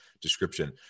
description